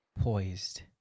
poised